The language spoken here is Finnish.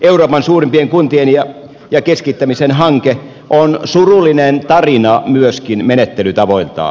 euroopan suurimpien kuntien ja keskittämisen hanke on surullinen tarina myöskin menettelytavoiltaan